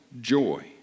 joy